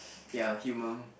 ya humor